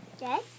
Yes